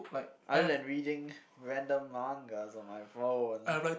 other than reading random mangas on my phone